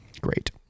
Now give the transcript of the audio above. Great